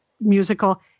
musical